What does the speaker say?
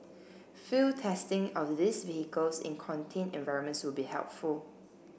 field testing of these vehicles in contained environments will be helpful